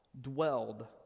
dwelled